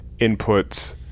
inputs